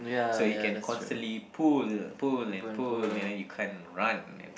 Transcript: so you can consistently pull pull and pull and you can't run